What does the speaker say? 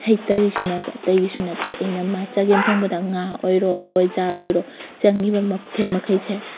ꯍꯩꯇꯔꯤꯁꯤꯅ ꯑꯇꯩꯒꯤꯁꯨ ꯅꯠꯇꯦ ꯑꯩꯅ ꯆꯒꯦꯝ ꯊꯣꯡꯕꯗ ꯉꯥ ꯑꯣꯏꯔꯣ ꯍꯋꯥꯏꯖꯥꯔ ꯑꯣꯏꯔꯣ ꯆꯪꯂꯤꯕ ꯃꯊꯦꯜ ꯃꯈꯩꯁꯦ